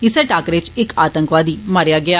इस्सै टाकरे इच इक आंतकवादी मारेआ गेआ